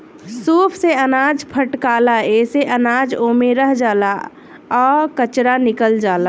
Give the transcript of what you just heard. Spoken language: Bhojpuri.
सूप से अनाज फटकाला एसे अनाज ओमे रह जाला आ कचरा निकल जाला